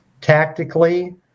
tactically